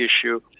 issue